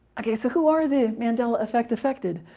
ok, so who are the mandela effect affected?